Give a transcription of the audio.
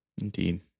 Indeed